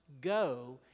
go